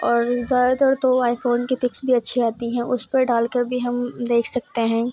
اور زیادہ تر تو آئی فون کے پکس بھی اچھی آتی ہیں اس پہ بھی ڈال کے ہم دیکھ سکتے ہیں